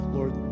Lord